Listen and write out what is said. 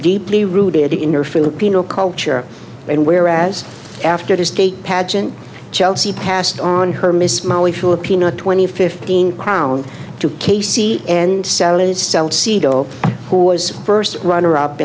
deeply rooted in her filipino culture and whereas after the state pageant chelsea passed on her miss molly filipina twenty fifteen crown two k c and who was first runner up